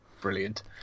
brilliant